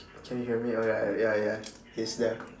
can you hear me oh ya ya ya he's there